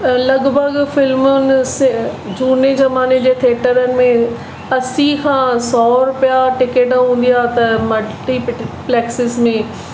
लॻभॻि फिल्मुनि स झूने ज़माने जे थिएटरनि में असी खां सौ रुपिया टिकट हूंदी आहे त मल्टीपिट पलैक्सीस में